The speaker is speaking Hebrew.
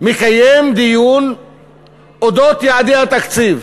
מקיים דיון על אודות יעדי התקציב.